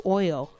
oil